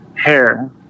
hair